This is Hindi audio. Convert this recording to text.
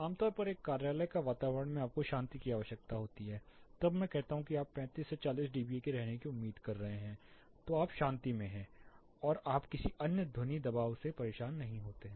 आमतौर पर एक कार्यालय का वातावरण मे आपको शांति की आवश्यकता होती है जब मैं कहता हूं कि आप 35 से 40 डीबीए के रहने की उम्मीद कर रहे हैं तो आप शांति में हैं और आप किसी अन्य ध्वनि दबाव से परेशान नहीं होते हैं